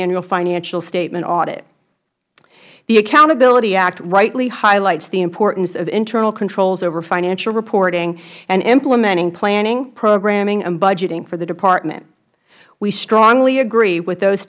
annual financial statement audit the accountability act rightly highlights the importance of internal controls over financial reporting and implementing planning programming and budgeting for the department we strongly agree with those